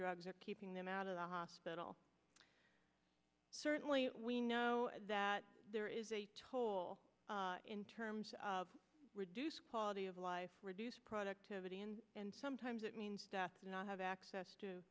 drugs are keeping them out of the hospital certainly we know that there is a toll in terms of reduced quality of life reduced productivity and and sometimes that means not have access to